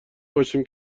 باشیم